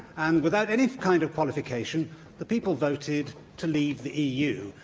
and, without any kind of qualification, the people voted to leave the eu.